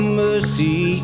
mercy